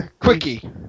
Quickie